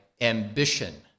ambition